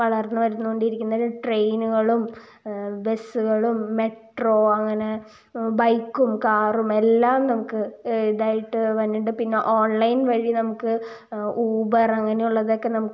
വളർന്ന് വരുന്നു കൊണ്ടിരിക്കുന്ന ട്രെയിനുകളും ബസ്സുകളും മെട്രോ അങ്ങനെ ബൈക്കും കാറും എല്ലാം നമുക്ക് ഇതായിട്ട് വരുന്നുണ്ട് പിന്നെ ഓൺലൈൻ വഴി നമുക്ക് ഊബർ അങ്ങനെയുള്ളതൊക്കെ നമുക്ക്